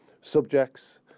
subjects